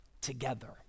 together